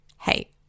Hey